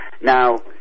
Now